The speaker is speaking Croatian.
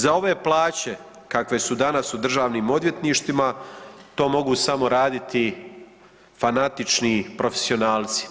Za ove plaće kakve su danas u državnim odvjetništvima to mogu samo raditi fanatični profesionalci.